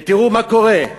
ותראו מה קורה: